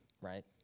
right